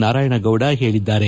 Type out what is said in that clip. ನಾರಾಯಣಗೌಡ ಹೇಳಿದ್ದಾರೆ